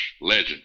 legend